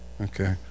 okay